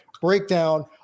breakdown